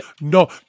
No